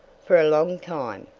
fer a long time.